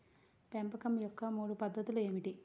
పెంపకం యొక్క మూడు పద్ధతులు ఏమిటీ?